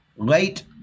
Late